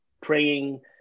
praying